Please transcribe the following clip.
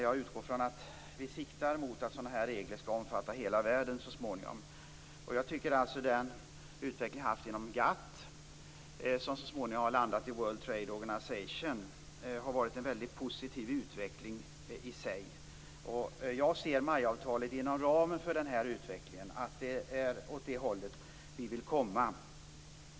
Jag utgår från att vi siktar mot att sådana här regler skall omfatta hela världen så småningom. Jag tycker alltså att den utveckling vi har haft inom GATT, som så småningom har landat i World Trade Organization, har varit väldigt positiv i sig. Jag ser MAI-avtalet inom ramen för den utvecklingen. Det är åt det här hållet vi vill komma.